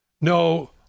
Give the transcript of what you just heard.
No